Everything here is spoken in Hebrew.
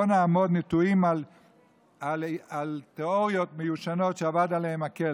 לא נעמוד נטועים בתיאוריות מיושנות שאבד עליהן כלח.